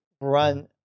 run